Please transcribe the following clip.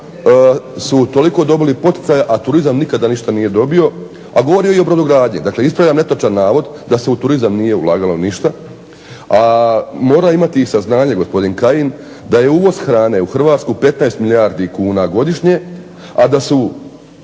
su toliko dobili poticaja a turizam ništa nije dobio, a govorio je o brodogradnji. Dakle, ispravljam netočan navod da se u turizam nije ulagalo ništa, a mora imati saznanje gospodin Kajin da je uvoz hrane u HRvatsku 15 milijardi kuna godišnje, a da su